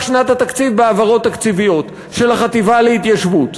שנת התקציב בהעברות תקציביות של החטיבה להתיישבות.